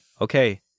Okay